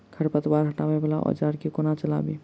खरपतवार हटावय वला औजार केँ कोना चलाबी?